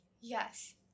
Yes